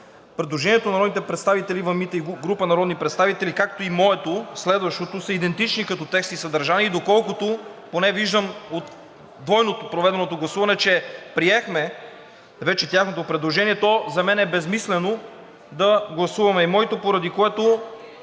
предложението на народните представители Ива Митева и група народни представители, както и моето, следващото, са идентични като текст и съдържание и доколкото поне виждам от двойно проведеното гласуване, е, че приехме вече тяхното предложение, то за мен е безсмислено да гласуваме и моето, поради което